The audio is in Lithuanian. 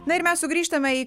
na ir mes sugrįžtame į